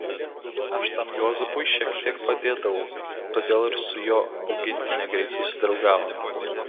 aš tam juozapui šiek tiek padėdavau todėl ir su jo augintine greit susidraugavome